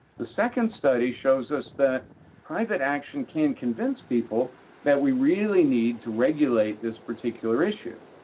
the second study shows us that private action can convince people that we really need to regulate this particular issue,